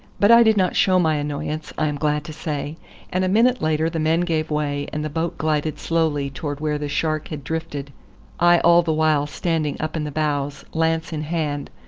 but i did not show my annoyance, i am glad to say and a minute later the men gave way, and the boat glided slowly towards where the shark had drifted i all the while standing up in the bows, lance in hand,